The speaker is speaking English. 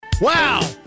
Wow